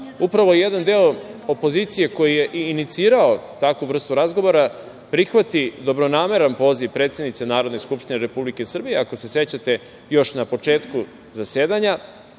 upravo jedan deo opozicije koji je inicirao takvu vrstu razgovora prihvati dobronameran poziv predsednice Narodne skupštine Republike Srbije, ako se sećate, još na početku zasedanja